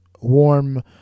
warm